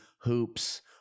hoops